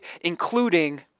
including